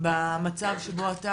במצב שבו אתה